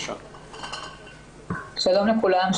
שלום לכולם,